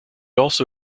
also